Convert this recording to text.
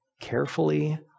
carefully